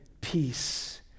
peace